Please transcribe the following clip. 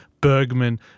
Bergman